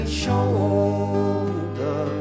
shoulder